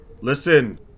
Listen